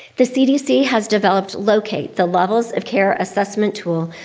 the cdc has developed locate, the levels of care assessment tool,